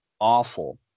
awful